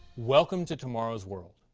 welcome to tomorrow's world.